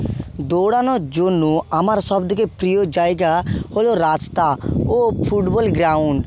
দৌড়ানোর জন্য আমার সব থেকে প্রিয় জায়গা হলো রাস্তা ও ফুটবল গ্রাউণ্ড